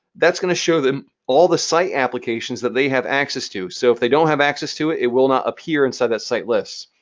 that's going to show all the site applications that they have access to. so if they don't have access to it, it will not appear inside that site list.